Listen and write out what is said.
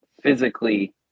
physically